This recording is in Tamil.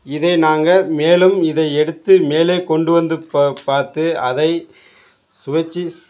இதை நாங்கள் மேலும் இதை எடுத்து மேலே கொண்டு வந்து பா பார்த்து அதை சுவைத்து ஸ்